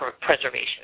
preservation